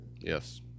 Yes